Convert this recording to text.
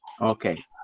okay